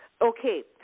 Okay